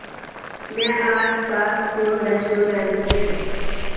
مےٚ آس پاس کُم ریسٹورنٹ چِھ ؟